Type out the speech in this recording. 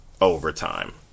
overtime